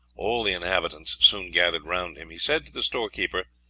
all the inhabitants soon gathered around him. he said to the storekeeper